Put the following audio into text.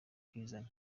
akizana